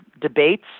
debates